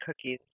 cookies